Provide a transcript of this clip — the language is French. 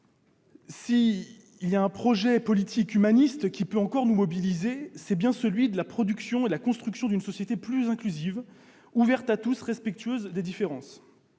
S'il est un projet politique humaniste qui peut encore nous mobiliser, c'est bien celui de la construction d'une société plus inclusive, ouverte à tous et respectueuse des différences.